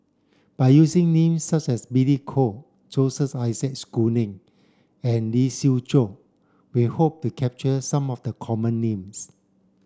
by using names such as Billy Koh Joseph Isaac Schooling and Lee Siew Choh we hope to capture some of the common names